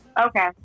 Okay